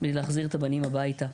בכדי להחזיר את הבנים הביתה.